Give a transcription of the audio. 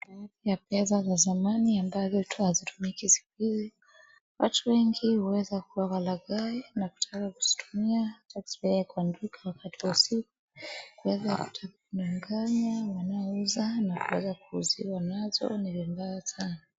Matumizi ya pesa za zamani ambazo hazitumiki siku hizi. Watu wengi huweza kuwa walaghai na kutaka kuzitumia na kuzipeleka kwa duka katika usiku kuweza kudanganya wanaouza na kuweza kuuziwa nazo ni vibaya sana.